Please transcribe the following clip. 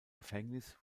gefängnis